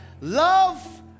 Love